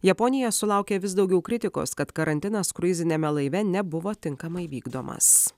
japonija sulaukia vis daugiau kritikos kad karantinas kruiziniame laive nebuvo tinkamai vykdomas